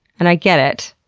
and i get it.